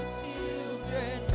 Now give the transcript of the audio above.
children